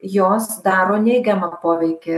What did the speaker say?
jos daro neigiamą poveikį